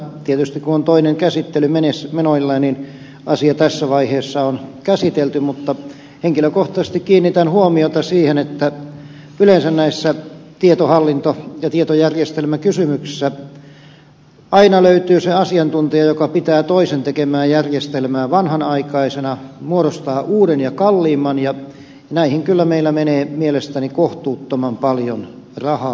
tietysti kun on toinen käsittely meneillään asia on tässä vaiheessa käsitelty mutta henkilökohtaisesti kiinnitän huomiota siihen että yleensä näissä tietohallinto ja tietojärjestelmäkysymyksissä löytyy aina se asiantuntija joka pitää toisen tekemää järjestelmää vanhanaikaisena muodostaa uuden ja kalliimman ja näihin meillä kyllä menee mielestäni kohtuuttoman paljon rahaa